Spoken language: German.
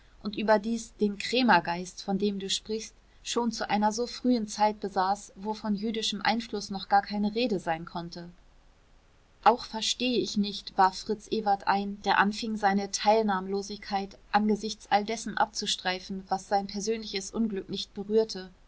und überdies den krämergeist von dem du sprichst schon zu einer so frühen zeit besaß wo von jüdischem einfluß noch gar keine rede sein konnte auch verstehe ich nicht warf fritz ewert ein der anfing seine teilnahmlosigkeit angesichts alles dessen abzustreifen was sein persönliches unglück nicht berührte